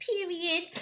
period